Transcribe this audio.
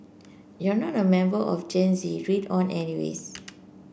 if you're not a member of Gen Z read on anyways